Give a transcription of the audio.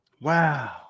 Wow